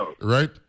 right